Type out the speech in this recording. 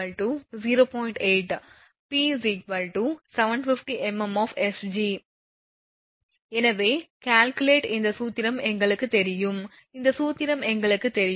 80 p 750 𝑚𝑚 𝑜𝑓 𝐻𝑔 எனவே calculate இந்த சூத்திரம் எங்களுக்குத் தெரியும் இந்த சூத்திரம் எங்களுக்குத் தெரியும்